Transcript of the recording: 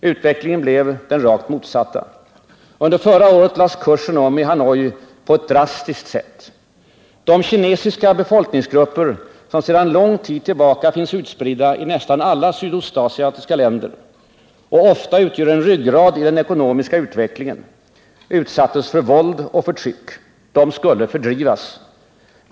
Utvecklingen blev den rakt motsatta. Under förra året lades kursen i Hanoi om på ett drastiskt sätt. De kinesiska befolkningsgrupper som sedan lång tid tillbaka finns utspridda i nästan alla sydostasiatiska länder och ofta utgör en ryggrad i den ekonomiska utvecklingen utsattes för våld och förtryck. De skulle fördrivas.